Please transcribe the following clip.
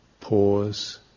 pause